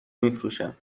میفروشه